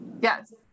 Yes